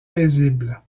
paisible